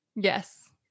yes